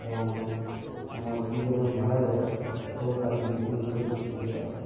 এবং আমার রুগী যখন মারা যায় তখন তার মেডিসিনগুলো বিক্রি করে দেওয়া হয়